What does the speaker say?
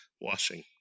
washing